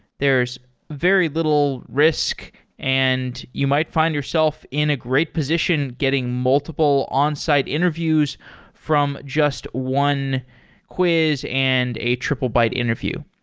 there's very little risk and you might find yourself in a great position getting multiple onsite interviews from just one quiz and a triplebyte interview.